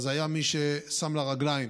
היה מי ששם לה רגליים